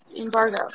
embargo